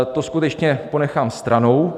To skutečně ponechám stranou.